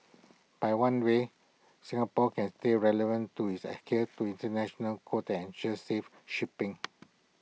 by one way Singapore can stay relevant to his adhere to International codes that ensure safe shipping